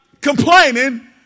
complaining